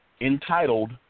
entitled